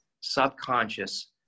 subconscious